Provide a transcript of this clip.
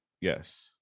Yes